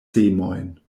semojn